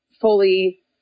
fully